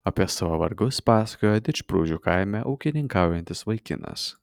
apie savo vargus pasakojo didžprūdžių kaime ūkininkaujantis vaikinas